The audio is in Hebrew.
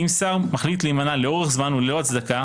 אם שר מחליט להימנע לאורך זמן וללא הצדקה